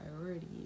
priority